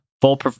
full